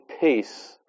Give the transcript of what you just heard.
peace